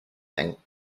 thing